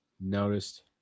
noticed